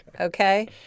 Okay